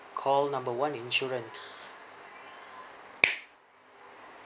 call number one insurance